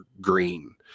green